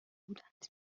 بودند